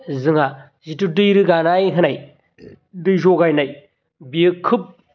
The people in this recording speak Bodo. जोंहा जिहेथु दै रोगानाय होनाय दै जगायनाय बियो खोब